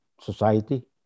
society